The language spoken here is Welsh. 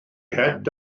het